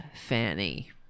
Fanny